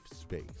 space